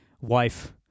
wife